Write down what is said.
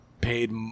paid